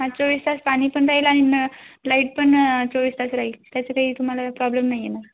हां चोवीस तास पाणी पण राहील अन् लाईट पण चोवीस तास राहील त्याचं काही तुम्हाला प्रॉब्लेम नाही येणार